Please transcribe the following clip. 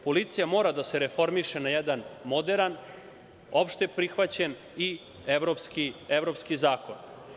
Policija mora da se reformiše na jedan moderan, opšte prihvaćen i evropski zakon.